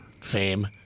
fame